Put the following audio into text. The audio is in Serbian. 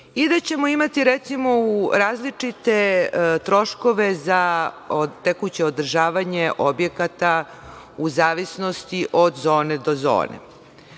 i da ćemo imati, recimo, različite troškove za tekuće održavanje objekata u zavisnosti od zone do zone. To